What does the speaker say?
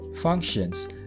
functions